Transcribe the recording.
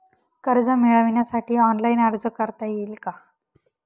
कर्ज मिळविण्यासाठी ऑनलाइन अर्ज करता येईल का?